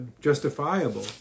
justifiable